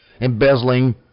embezzling